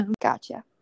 gotcha